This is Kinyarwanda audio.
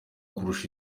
kurusha